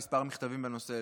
כמה מכתבים בנושא